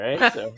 right